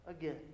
again